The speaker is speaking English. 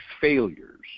failures